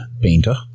painter